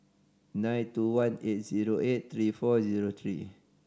nine two one eight zero eight three four zero three